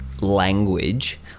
language